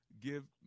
give